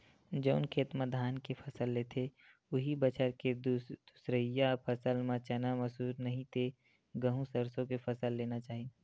जउन खेत म धान के फसल लेथे, उहीं बछर के दूसरइया फसल म चना, मसूर, नहि ते गहूँ, सरसो के फसल लेना चाही